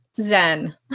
zen